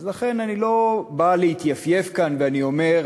אז לכן אני לא בא להתייפייף כאן ולומר: